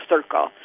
circle